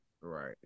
Right